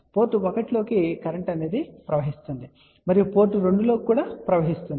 port 1 లోకి current ప్రవహిస్తుంది మరియు కరెంట్ పోర్ట్ 2 లోకి కూడా ప్రవహిస్తుంది